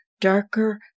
darker